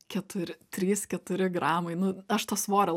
keturi trys keturi gramai nu aš to svorio